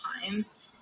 times